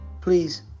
please